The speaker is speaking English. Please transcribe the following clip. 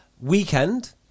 weekend